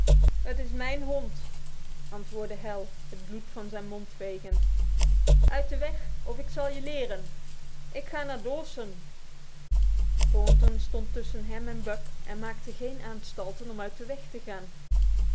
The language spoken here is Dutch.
het is mijn hond antwoordde hal het bloed van zijn mond vegend uit de weg of ik zal je leren ik ga naar dawson thornton stond tussen hem en buck en maakte geen aanstalten uit de weg te gaan